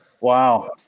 wow